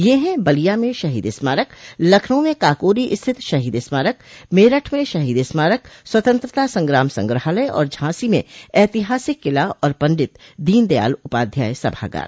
ये हैं बलिया में शहीद स्मारक लखनऊ के काकोरी स्थित शहीद स्मारक मेरठ में शहीद स्मारक स्वतंत्रता संग्राम संग्रहालय और झांसी में ऐतिहासिक किला और पंडित दीनदयाल उपाध्याय सभागार